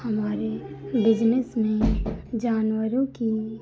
हमारे बिजनेस में जानवरों की